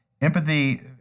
Empathy